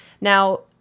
Now